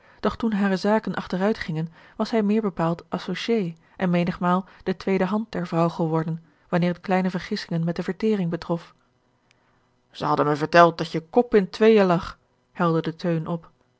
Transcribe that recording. doch toen hare zaken achteruit gingen was hij meer bepaald associé en menigmaal de tweede hand der vrouw geworden wanneer het kleine vergissingen met de vertering betrof zij hadden me verteld dat je kop in tweeën lag helderde teun op